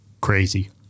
Crazy